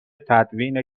تدوین